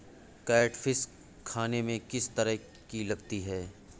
Catfish खाने में किस तरह की लगती है?